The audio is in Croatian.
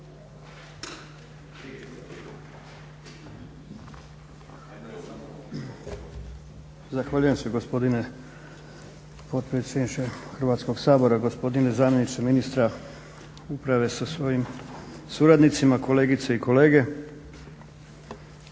Zahvaljujem se gospodine potpredsjedniče Hrvatskog sabora, gospodine zamjeniče ministra uprave sa svojim suradnicima, kolegice i kolege.